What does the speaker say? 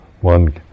one